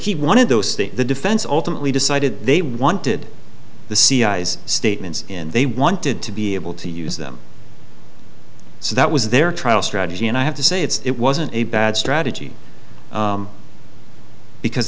he wanted those that the defense ultimately decided they wanted the cia's statements in they wanted to be able to use them so that was their trial strategy and i have to say it's it wasn't a bad strategy because